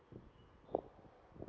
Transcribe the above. [ho]